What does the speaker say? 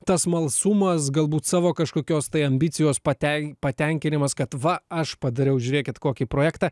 tas smalsumas galbūt savo kažkokios tai ambicijos patenkinimas kad va aš padariau žiūrėkit kokį projektą